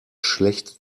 schlecht